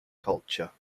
culture